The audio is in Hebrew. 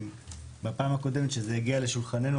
בפעם הקודמת שזה הגיע לשולחננו,